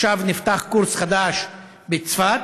עכשיו נפתח קורס חדש בצפת,